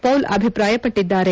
Paul ಅಭಿಪ್ರಾಯಪಟ್ಟಿದ್ದಾರೆ